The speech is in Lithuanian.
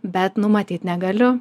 bet nu matyt negaliu